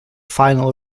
final